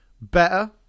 Better